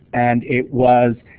and it was